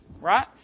right